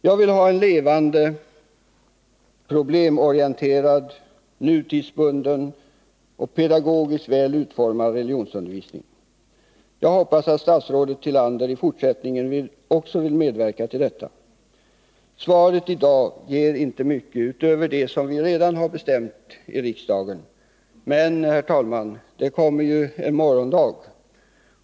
Jag vill ha en levande, problemorienterad, nutidsbunden och pedagogiskt väl utformad religionsundervisning. Jag hoppas att statsrådet Tillander i fortsättningen också vill medverka till detta. Svaret i dag ger inte mycket utöver det som redan har bestämts i riksdagen. Men, herr talman, det kommer en morgondag.